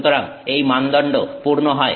সুতরাং এই মানদণ্ড পূর্ণ হয়